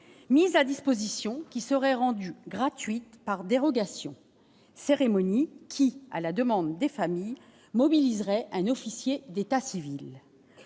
mise à disposition qui serait rendue gratuite par dérogation, cérémonie qui, à la demande des familles mobiliserait un officier d'état civil,